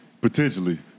Potentially